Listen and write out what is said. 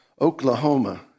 Oklahoma